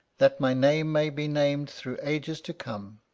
that my name may be named through ages to come.